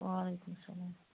وعلیکُم سلام